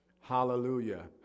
hallelujah